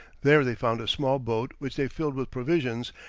there they found a small boat which they filled with provisions,